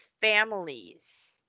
families